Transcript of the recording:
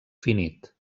finit